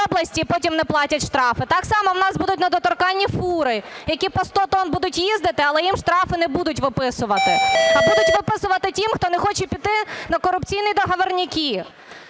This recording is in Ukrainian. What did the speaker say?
і потім не платять штрафи. Так само у нас будуть недоторканні фури, які по 100 тонн будуть їздити, але їм штрафи не будуть виписувати, а будуть виписувати тим, хто не хоче піти на корупційні договорняки.